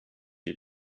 you